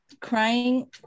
crying